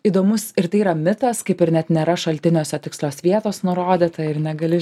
įdomus ir tai yra mitas kaip ir net nėra šaltiniuose tikslios vietos nurodyta ir negali